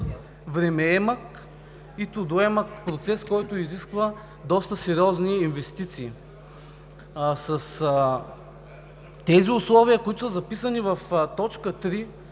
времеемък и трудоемък процес, който изисква доста сериозни инвестиции. С тези условия, записани в т. 3,